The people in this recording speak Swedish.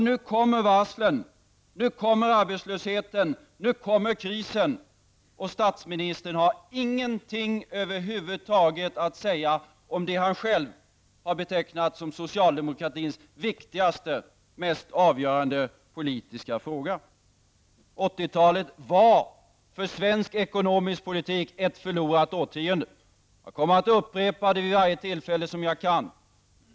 Nu kommer varslen, arbetslösheten och krisen, och statsministern har över huvud taget ingenting att säga om det som han själv har betecknat som socialdemokratins viktigaste och mest avgörande politiska fråga. 80-talet var för svensk ekonomisk politik ett förlorat årtionde. Jag kommer att upprepa det vid varje tillfälle när jag får möjlighettill det.